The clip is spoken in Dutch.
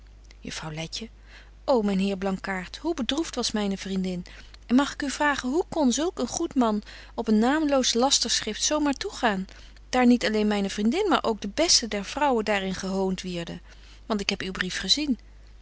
juffrouw letje ô myn heer blankaart hoe bedroeft was myne vriendin en mag ik u vragen hoe kon zulk een goed man op een naamloos lasterschrift zo maar toegaan daar niet alleen myne vriendin maar ook de beste der vrouwen daar in gehoont wierden want ik heb uw brief gezien